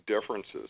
differences